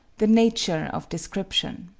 the nature of description